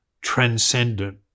transcendent